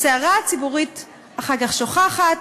הסערה הציבורית אחר כך שוככת,